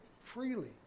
freely